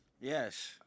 Yes